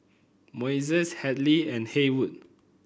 Moises Hadley and Haywood